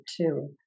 two